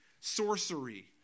sorcery